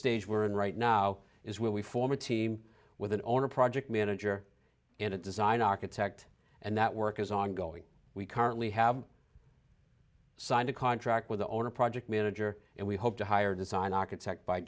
stage we're in right now is where we form a team with an owner project manager and a design architect and that work is ongoing we currently have signed a contract with the owner project manager and we hope to hire design architect by